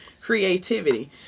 creativity